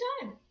time